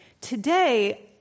today